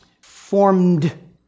formed